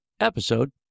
episode